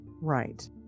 right